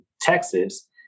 Texas